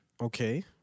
Okay